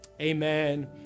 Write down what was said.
amen